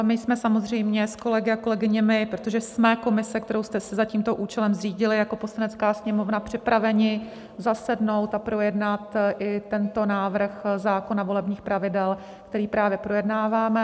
My jsme samozřejmě s kolegy a kolegyněmi, protože jsme komise, kterou jste za tímto účelem zřídili jako Poslanecká sněmovna, připraveni zasednout a projednat i tento návrh zákona volebních pravidel, který právě projednáváme.